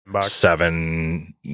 Seven